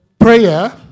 Prayer